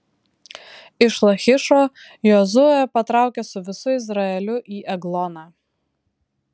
iš lachišo jozuė patraukė su visu izraeliu į egloną